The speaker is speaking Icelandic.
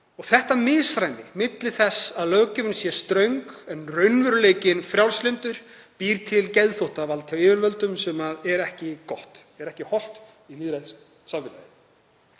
Þetta misræmi milli þess að löggjöfin sé ströng en raunveruleikinn frjálslyndur býr til geðþóttavald hjá yfirvöldum, sem er ekki gott, er ekki hollt í lýðræðissamfélagi.